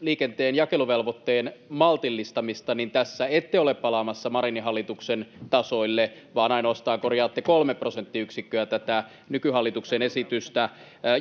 liikenteen jakeluvelvoitteen maltillistamista, niin tässä ette ole palaamassa Marinin hallituksen tasolle vaan ainoastaan korjaatte kolme prosenttiyksikköä tätä nykyhallituksen esitystä